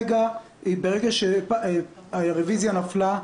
ברגע שהרביזיה נפלה,